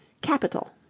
Capital